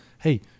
hey